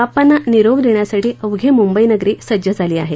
बाप्पांना निरोप देण्यासाठी अवघी मुंबई नगरी सज्ज झाली आहे